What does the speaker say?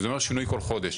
זה אומר שינוי כל חודש.